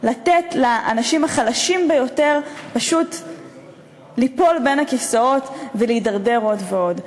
לתת לאנשים החלשים ביותר פשוט ליפול בין הכיסאות ולהידרדר עוד ועוד.